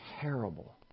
terrible